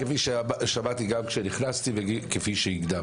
כפי ששמעתי גם כשנכנסתי וכפי שהקדמת,